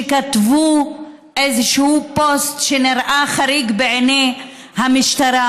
שכתבו איזשהו פוסט שנראה חריג בעיני המשטרה,